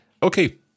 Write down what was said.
Okay